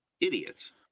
idiots